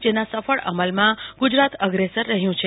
જેના સફળ અમલમાં ગુજરાત અગ્રેસર રહ્યું છે